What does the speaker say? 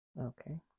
Okay